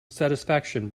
satisfaction